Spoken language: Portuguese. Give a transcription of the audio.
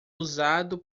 usado